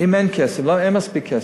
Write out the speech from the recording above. ואם אין מספיק כסף,